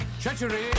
treachery